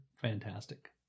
fantastic